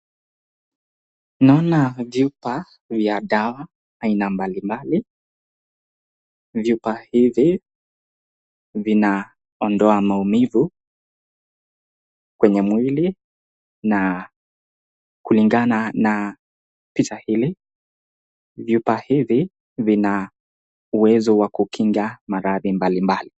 Naona vyupa vya dawa aina mbalimbali, vyupa hivi vinaondoa maumivu kwenye mwili na kulingana na picha hili, vyupa hivi vina uwezo wa kukinga maradhi mbalimbali.